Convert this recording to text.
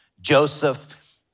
Joseph